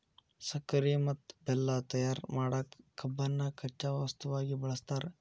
ಸಕ್ಕರಿ ಮತ್ತ ಬೆಲ್ಲ ತಯಾರ್ ಮಾಡಕ್ ಕಬ್ಬನ್ನ ಕಚ್ಚಾ ವಸ್ತುವಾಗಿ ಬಳಸ್ತಾರ